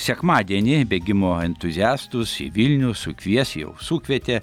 sekmadienį bėgimo entuziastus į vilnių sukvies jau sukvietė